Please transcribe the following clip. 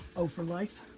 oh-for-life?